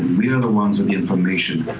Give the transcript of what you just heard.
we are the ones with the information.